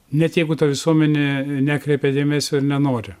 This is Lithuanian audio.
net jeigu ta visuomenė nekreipia dėmesio ir nenori